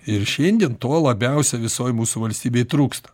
ir šiandien to labiausiai visoj mūsų valstybėj trūksta